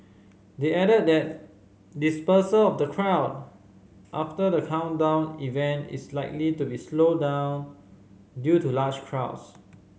they added that dispersal of the crowd after the countdown event is likely to be slow down due to large crowds